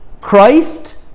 Christ